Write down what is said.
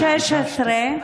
סליחה.